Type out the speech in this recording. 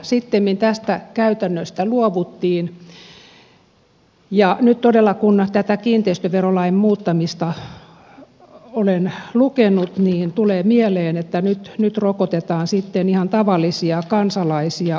sittemmin tästä käytännöstä luovuttiin ja nyt todella kun tästä kiinteistöverolain muuttamisesta olen lukenut tulee mieleen että nyt rokotetaan sitten ihan tavallisia kansalaisia oikein reippaasti